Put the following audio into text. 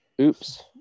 Oops